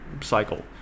cycle